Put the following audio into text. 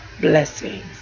blessings